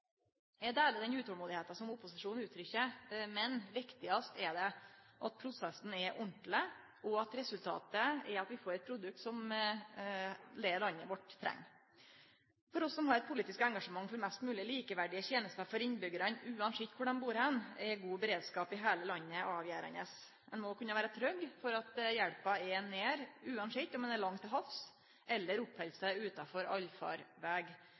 Eg deler det utolmodet som opposisjonen gir uttrykk for, men viktigast er det at prosessen er ordentlig, og at resultatet er at vi får eit produkt som er det landet vårt treng. For oss som har eit politisk engasjement for mest mogleg likeverdige tenester for innbyggjarane uansett kvar dei bur, er god beredskap i heile landet avgjerande. Ein må kunne vere trygg på at hjelpa er nær, uansett om ein er langt til havs eller oppheld seg utanfor allfarveg.